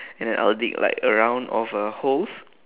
and then I will dig like a round of a holes